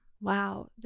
Wow